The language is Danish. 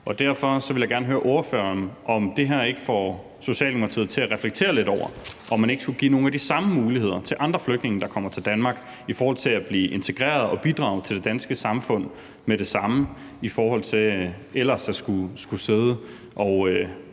og derfor vil jeg gerne høre ordføreren, om det her ikke får Socialdemokratiet til at reflektere lidt over, om man ikke skulle give nogle af de samme muligheder til andre flygtninge, der kommer til Danmark, med hensyn til at blive integreret og bidrage til det danske samfund med det samme – i forhold til ellers at skulle sidde og